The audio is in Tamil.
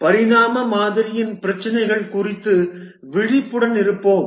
பரிணாம மாதிரியின் பிரச்சினைகள் குறித்து விழிப்புடன் இருப்போம்